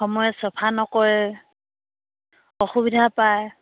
সময়ত চফা নকৰে অসুবিধা পায়